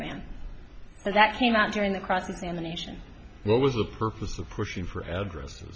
man that came out during the cross examination what was the purpose of pushing for addresses